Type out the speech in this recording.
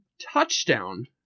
touchdown